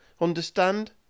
Understand